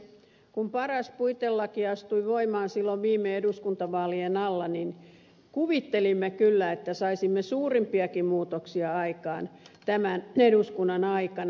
kun paras puitelaki astui voimaan silloin viime eduskuntavaalien alla kuvittelimme kyllä että saisimme suurempiakin muutoksia aikaan tämän eduskunnan aikana